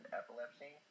epilepsy